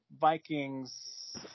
Vikings